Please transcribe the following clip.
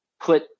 put